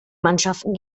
mannschaften